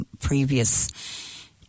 previous